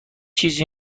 چیزی